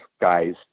guys